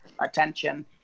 attention